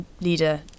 leader